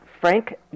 Frank